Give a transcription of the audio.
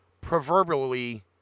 proverbially